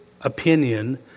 opinion